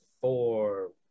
four